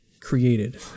created